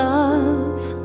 Love